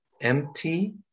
empty